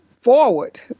forward